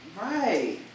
Right